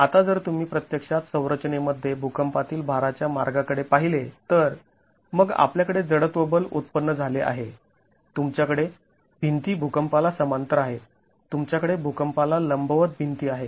आता जर तुम्ही प्रत्यक्षात संरचनेमध्ये भूकंपातील भाराच्या मार्गाकडे पाहिले तर मग आपल्याकडे जडत्व बल उत्पन्न झाले आहे तुमच्याकडे भिंती भूकंपाला समांतर आहेत तुमच्याकडे भूकंपाला लंबवत भिंती आहेत